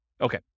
okay